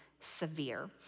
severe